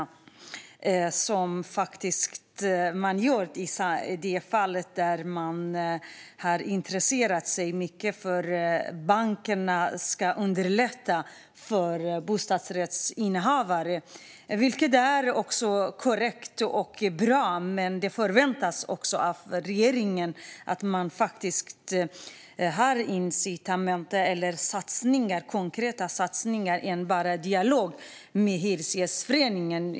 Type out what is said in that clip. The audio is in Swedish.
Däremot har regeringen intresserat sig mycket för att bankerna ska underlätta för bostadsrättsinnehavarna. Det är korrekt och bra. Men det förväntas också av regeringen att den gör konkreta satsningar och inte bara för en dialog med Hyresgästföreningen.